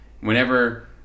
Whenever